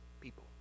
people